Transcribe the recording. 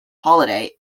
holiday